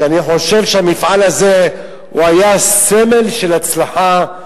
ואני חושב שהמפעל הזה היה סמל של הצלחה,